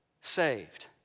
saved